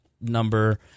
number